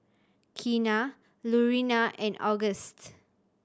Keena Lurena and Auguste